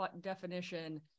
definition